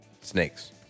Snakes